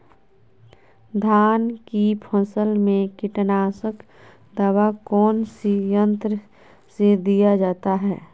धान की फसल में कीटनाशक दवा कौन सी यंत्र से दिया जाता है?